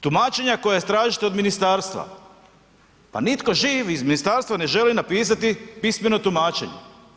Tumačenja koja tražite od ministarstva, pa nitko živ iz ministarstva ne želi napisati pismeno tumačenje.